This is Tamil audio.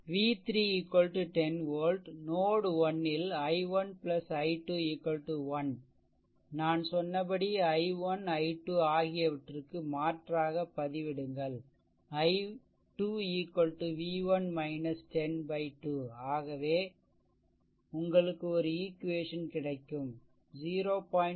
v 3 10 volt நோட் 1 ல் i1 i2 1 நான் சொன்னபடி i1 i2 ஆகியவற்றுக்கு மாற்றாக பதிவிடுங்கள் i2 v1 10 2 ஆகவே உங்களுக்கு ஒரு ஈக்வேஷன் கிடைக்கும் 0